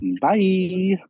bye